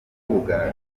rubuga